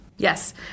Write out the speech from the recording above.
Yes